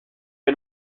est